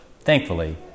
thankfully